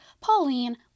Pauline